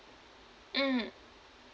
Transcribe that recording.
mm